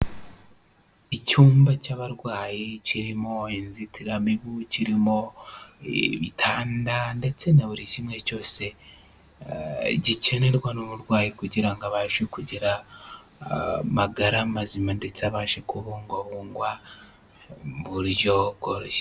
Icyumba cy'abarwayi kirimo inzitiramibu, kirimo ibitanda ndetse na buri kimwe cyose gikenerwa n'umurwayi kugira ngo abashe kugira amagara mazima; ndetse abashe kubungwabungwa mu buryo bworoshye.